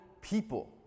people